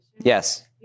Yes